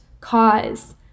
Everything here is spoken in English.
cause